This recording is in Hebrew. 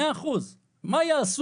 100%. מה יעשה